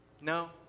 No